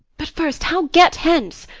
but first, how get hence.